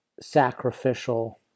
sacrificial